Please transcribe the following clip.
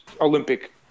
Olympic